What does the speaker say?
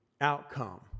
outcome